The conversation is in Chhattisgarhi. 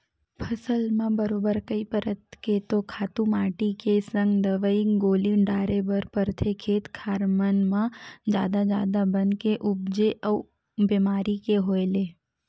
फसल म बरोबर कई परत के तो खातू माटी के संग दवई गोली डारे बर परथे, खेत खार मन म जादा जादा बन के उपजे अउ बेमारी के होय ले